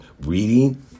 reading